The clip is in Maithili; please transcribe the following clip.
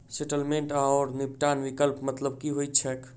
सेटलमेंट आओर निपटान विकल्पक मतलब की होइत छैक?